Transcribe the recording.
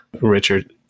Richard